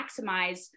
maximize